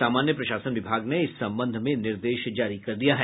सामान्य प्रशासन विभाग ने इस संबंध में निर्देश जारी कर दिया है